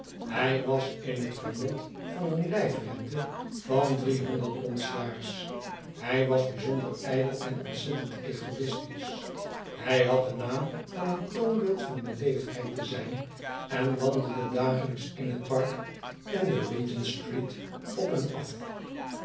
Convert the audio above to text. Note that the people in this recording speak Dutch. hij was in het genot van een lijfrente van driehonderd pond s jaars hy was byzonder ijdel en ontzettend ego'istisch hij had den naam van een toonbeeld van beleefdheid te zijn en wandelde dagelijks in het park en de regentstreat op en af